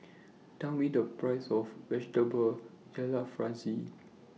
Tell Me The Price of Vegetable Jalfrezi